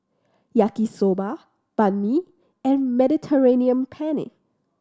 Yaki Soba Banh Mi and Mediterranean Penne